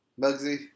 Bugsy